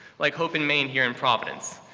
like hope and main here in providence.